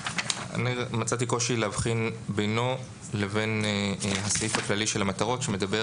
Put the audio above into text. מצאתי קושי להבחין בינו לבין הסעיף הכללי של המטרות שמדבר